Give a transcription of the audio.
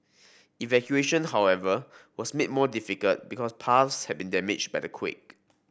evacuation however was made more difficult because paths had been damaged by the quake